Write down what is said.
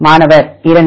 மாணவர் 2